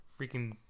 freaking